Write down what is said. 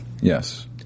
Yes